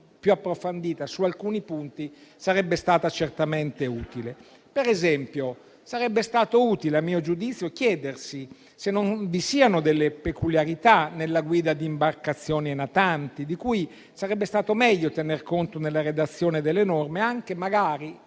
più approfondita su alcuni punti sarebbe stata certamente utile. Per esempio, sarebbe stato utile a mio giudizio chiedersi se non vi siano peculiarità nella guida di imbarcazioni e natanti di cui sarebbe stato meglio tenere conto nella redazione delle norme, magari,